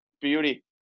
Beauty